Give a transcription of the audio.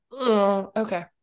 Okay